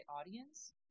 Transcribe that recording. audience